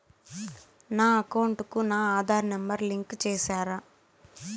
నా అకౌంట్ కు నా ఆధార్ నెంబర్ లింకు చేసారా